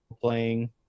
playing